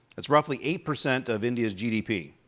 that's roughly eight percent of india's gdp.